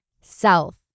Self